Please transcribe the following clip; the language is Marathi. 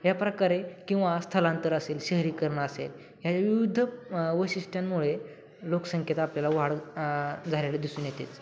या प्रकारे किंवा स्थलांतर असेल शहरीकरणं असेल या विविध वैशिष्ट्यांमुळे लोकसंख्येत आपल्याला वाढ झालेले दिसून येतेच